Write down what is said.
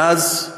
ואז,